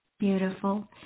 Beautiful